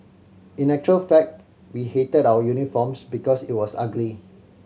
in actual fact we hated our uniforms because it was ugly